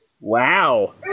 wow